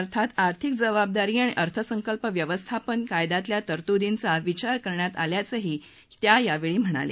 अर्थात आर्थिक जबाबदारी आणि अर्थसंकल्प व्यवस्थापन कायद्यातल्या तरतुदींचा विचार करण्यात आल्याचंही त्या यावेळी म्हणाल्या